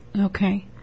Okay